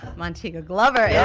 montego glover yeah